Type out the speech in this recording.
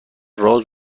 راز